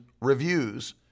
reviews